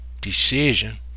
decision